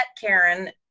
Karen